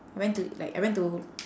I went to like I went to